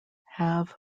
have